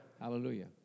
Hallelujah